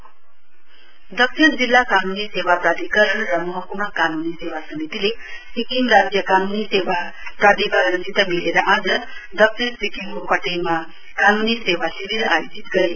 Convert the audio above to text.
legal संभिस दक्षिण जिल्ला कानूनी सेवा प्राधिकरण र महक्मा कानूनी सेवा समितिले सिक्किम राज्य कानूनी सेवा प्राधिकरणसित मिलेर आज दक्षिण सिक्किमको कटेङमा कानूनी सेवा शिविर आयोजित गरे